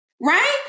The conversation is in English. right